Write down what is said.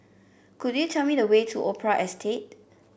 could you tell me the way to Opera Estate